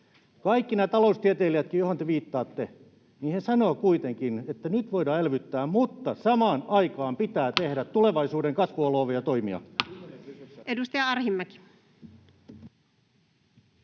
Kaikki nämä taloustieteilijätkin, joihin te viittaatte, sanovat kuitenkin, että nyt voidaan elvyttää mutta samaan aikaan pitää tehdä tulevaisuuden kasvua luovia toimia. [Speech